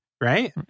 Right